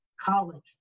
college